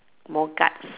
more guts